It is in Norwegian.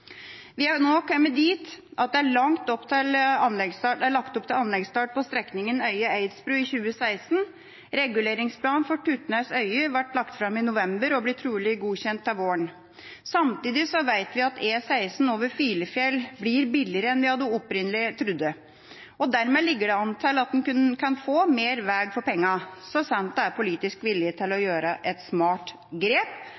i 2016. Reguleringsplan for Turtnes–Øye ble lagt fram i november og blir trolig godkjent til våren. Samtidig vet vi at E16 over Filefjell blir billigere enn vi opprinnelig trodde. Dermed ligger det an til at en kan få mer vei for pengene, så sant det er politisk vilje til å gjøre et smart grep